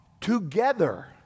Together